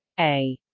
a.